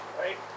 right